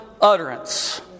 utterance